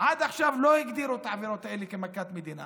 עד עכשיו לא הגדירו את העבירות האלה כמכת מדינה,